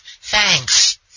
Thanks